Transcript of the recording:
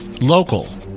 local